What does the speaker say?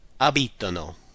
abitano